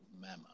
memo